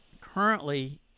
Currently